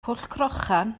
pwllcrochan